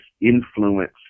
influence